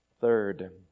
Third